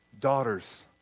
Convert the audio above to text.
Daughters